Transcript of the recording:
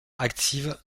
active